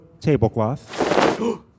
tablecloth